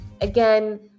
again